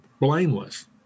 blameless